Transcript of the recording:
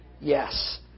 Yes